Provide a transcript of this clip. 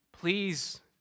please